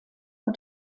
und